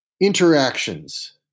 interactions